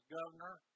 governor